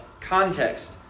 context